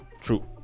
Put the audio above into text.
true